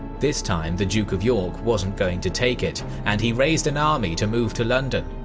this time the duke of york wasn't going to take it, and he raised an army to move to london.